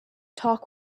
talk